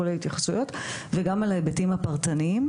כולל התייחסויות וגם על ההיבטים הפרטניים,